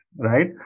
right